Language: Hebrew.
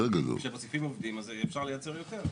כשמוסיפים עובדים אפשר לייצר יותר.